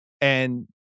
And-